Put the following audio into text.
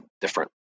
different